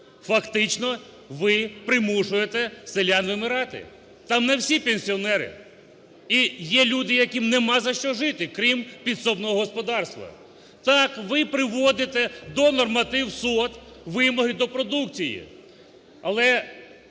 Фактично ви примушуєте селян вимирати. Там не всі пенсіонери, і є люди, яким немає за що жити, крім підсобного господарства. Так, ви приводити до норматив СОТ вимоги до продукції. Але